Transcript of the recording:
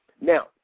Now